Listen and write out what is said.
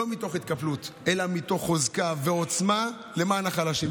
ולא מתוך התקפלות אלא מתוך חוזקה ועוצמה למען החלשים,